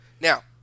Now